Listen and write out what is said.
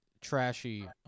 trashy